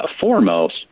foremost—